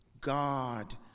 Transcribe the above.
God